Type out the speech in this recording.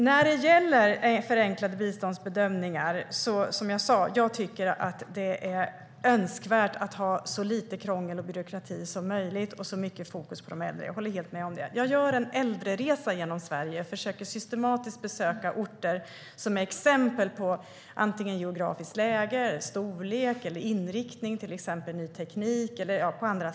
När det gäller förenklade biståndsbedömningar tycker jag, som jag sa, att det önskvärt att ha så lite krångel och byråkrati som möjligt och så mycket fokus på de äldre som möjligt. Jag håller helt med om detta. Jag gör nu en äldreresa genom Sverige och försöker att systematiskt besöka orter som är exempel på antingen ett geografiskt läge, storlek, inriktning mot ny teknik och så vidare.